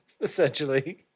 essentially